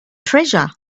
treasure